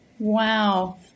Wow